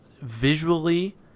visually